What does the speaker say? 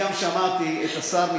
אני גם שמעתי את השר,